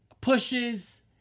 pushes